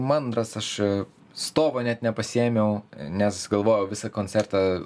mandras aš stovo net nepasiėmiau nes galvojau visą koncertą